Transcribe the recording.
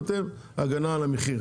ואתם יותר הגנה על המחיר.